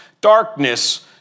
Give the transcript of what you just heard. darkness